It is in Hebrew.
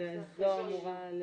נתחיל לעבור על